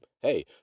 hey